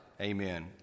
Amen